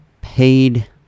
paid